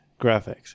graphics